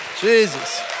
Jesus